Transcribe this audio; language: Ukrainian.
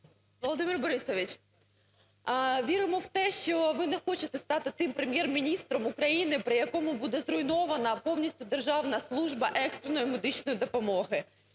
Володимир Борисович! Віримо в те, що ви не хочете стати тим Прем'єр-міністром України, при якому буде зруйнована повністю Державна служба екстреної медичної допомоги.